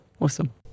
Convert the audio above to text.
Awesome